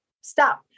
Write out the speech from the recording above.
Stop